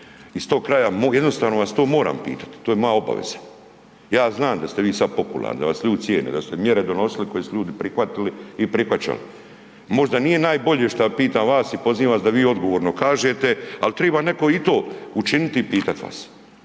iz tog kraja mog, jednostavno vas to moram pitat, to je moja obaveza. Ja znam da ste vi sad popularni, da vas ljudi cijene, da su se mjere donosile koji su ljudi prihvatili i prihvaćali. Možda nije najbolje šta pitam vas i pozivam vas da vi odgovorno kažete, al triba neko i to učiniti i pitat vas.